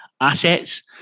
assets